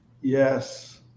Yes